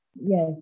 Yes